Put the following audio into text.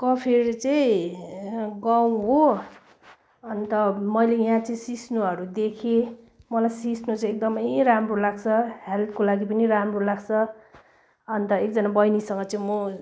कफेर चाहिँ गाउँ हो अन्त मैले यहाँ चाहिँ सिस्नुहरू देखेँ मलाई सिस्नु चाहिँ एकदमै राम्रो लाग्छ हेल्थको लागि पनि राम्रो लाग्छ अन्त एकजना बहिनीसँग चाहिँ म